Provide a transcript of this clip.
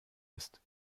ist